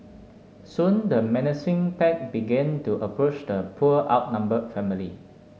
soon the menacing pack began to approached the poor outnumbered family